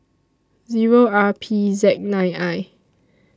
R P Z nine I